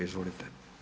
Izvolite.